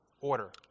order